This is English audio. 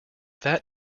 that